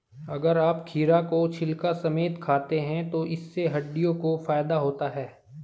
अगर आप खीरा को छिलका समेत खाते हैं तो इससे हड्डियों को फायदा होता है